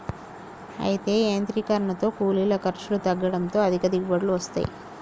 అయితే యాంత్రీకరనతో కూలీల ఖర్చులు తగ్గడంతో అధిక దిగుబడులు వస్తాయి